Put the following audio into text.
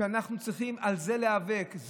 החוק הקיים קובע